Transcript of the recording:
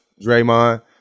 Draymond